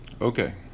okay